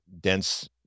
dense